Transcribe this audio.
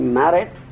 married